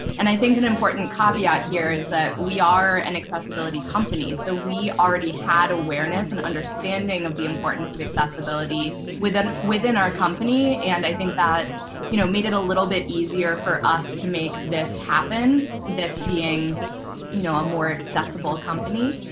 and i think an important caveat here is that we are an accessibility company. so we already had awareness and understanding of the importance of accessibility within within our company. and i think that you know made it a little bit easier for us to make this happen, this being you know a more accessible company.